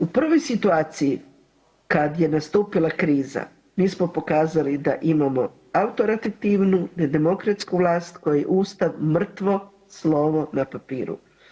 U prvoj situaciji kada je nastupila kriza mi smo pokazali da imamo autoritativnu, nedemokratsku vlast kojoj je Ustav mrtvo slovo na papiru.